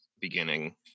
beginning